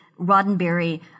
Roddenberry